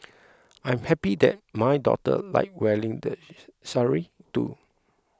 I am happy that my daughter likes wearing the sari too